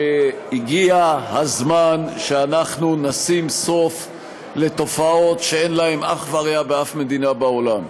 שהגיע הזמן שאנחנו נשים סוף לתופעות שאין להן אח ורע באף מדינה בעולם.